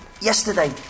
Yesterday